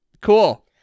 cool